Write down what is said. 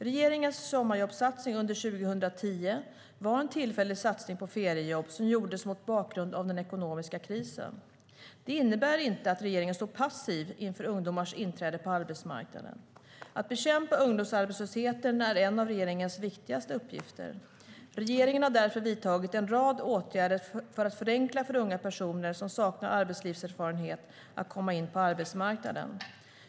Regeringens sommarjobbssatsning under 2010 var en tillfällig satsning på feriejobb som gjordes mot bakgrund av den ekonomiska krisen. Det innebär inte att regeringen står passiv inför ungdomars inträde på arbetsmarknaden. Att bekämpa ungdomsarbetslösheten är en av regeringens viktigaste uppgifter. Regeringen har därför vidtagit en rad åtgärder för att förenkla för unga personer som saknar arbetslivserfarenhet att komma in på arbetsmarknaden.